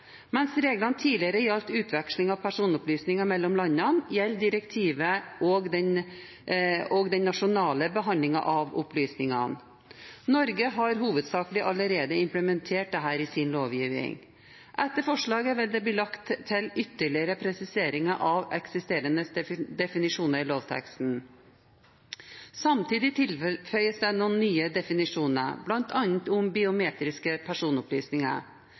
Mens reglene tidligere gjaldt utveksling av personopplysninger mellom landene, gjelder direktivet også den nasjonale behandlingen av opplysningene. Norge har hovedsakelig allerede implementert dette i sin lovgivning. Etter forslaget vil det bli lagt til ytterligere presiseringer av eksisterende definisjoner i lovteksten. Samtidig tilføyes det noen nye definisjoner, bl.a. om biometriske personopplysninger.